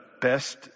best